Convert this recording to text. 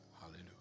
Hallelujah